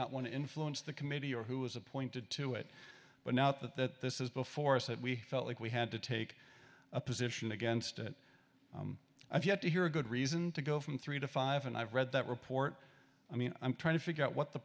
not want to influence the committee or who was appointed to it but now that this is before us that we felt like we had to take a position against it i've yet to hear a good reason to go from three to five and i've read that report i mean i'm trying to figure out what the